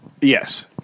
Yes